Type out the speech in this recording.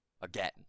again